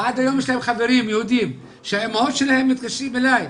ועד היום יש להם חברים יהודים שהאימהות שלהם מתקשרים אלי,